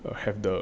err have the